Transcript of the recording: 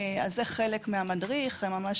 (מקרינה שקף,